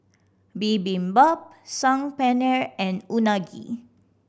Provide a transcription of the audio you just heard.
Bibimbap Saag Paneer and Unagi